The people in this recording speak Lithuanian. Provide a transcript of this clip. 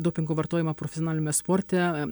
dopingo vartojimą profesionalime sporte